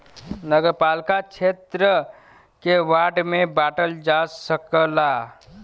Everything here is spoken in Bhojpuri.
नगरपालिका क्षेत्र के वार्ड में बांटल जा सकला